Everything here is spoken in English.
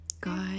God